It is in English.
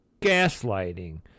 gaslighting